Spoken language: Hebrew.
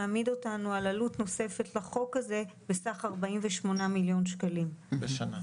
זה מעמיד אותנו על עלות נוספת לחוק הזה בסך 48 מיליון שקלים בשנה.